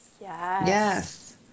yes